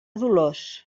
dolors